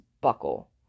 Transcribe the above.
buckle